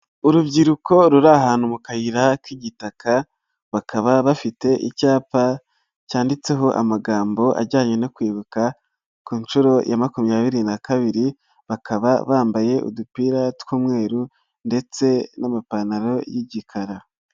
Urubyiruko ruri ahantu mu kayira k'igitaka, bakaba bafite icyapa cyanditseho amagambo ajyanye no kwibuka ku nshuro ya makumyabiri na kabiri, bakaba bambaye udupira tw'umweru ndetse n'amapantaro y'igikara.